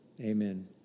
Amen